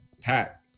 Pat